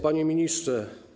Panie Ministrze!